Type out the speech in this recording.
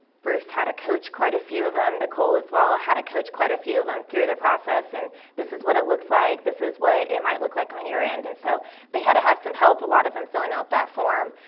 bruce had to coach quite a few of them, nicole as well ah had to coach quite a few of them through the process and this is what it looks like, this is what it might look like on your end, and so they had to have some help, a lot of them filling out that form.